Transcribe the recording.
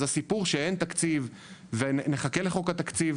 אז הסיפור שאין תקציב ונחכה לחוק התקציב,